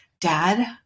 Dad